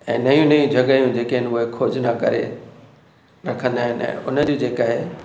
ऐं नयूं नयूं जॻहियूं जेके आहिनि उहे खोजना करे रखंदा आहिनि ऐं उन जूं जेका आहिनि